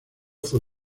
fue